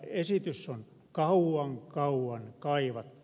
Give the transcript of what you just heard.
esitystä on kauan kauan kaivattu